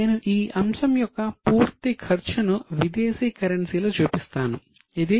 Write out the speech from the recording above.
నేను ఈ అంశం యొక్క పూర్తి ఖర్చును విదేశీ కరెన్సీలో చూపిస్తాను ఇది